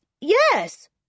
Yes